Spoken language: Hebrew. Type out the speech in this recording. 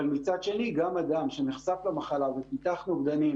אבל מצד שני גם אדם שנחשף למחלה והוא פיתח נוגדנים